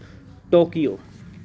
Tokyo